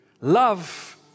Love